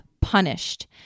punished